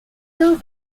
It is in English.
two